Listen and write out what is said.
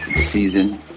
season